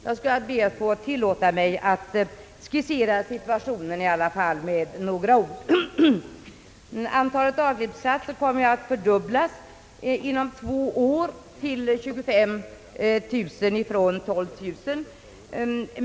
Jag skall tillåta mig att skissera situationen med några ord. Antalet daghemsplatser kommer att fördubblas inom två år till 25 000 från 12 000.